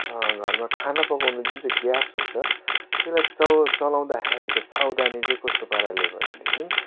घरमा खाना पकाउनु जुन चाहिँ ग्यास हुन्छ त्यसलाई च चलाउँदाखेरिको सावधानी चाहिँ कस्तो पाराले भनेदेखि